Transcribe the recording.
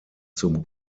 zum